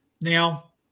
Now